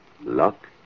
luck